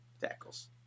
tackles